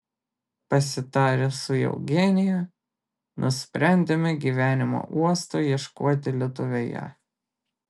pasitarę su eugenija nusprendėme gyvenimo uosto ieškoti lietuvoje